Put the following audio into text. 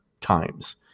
times